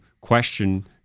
question